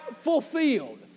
fulfilled